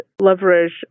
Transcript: leverage